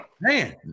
man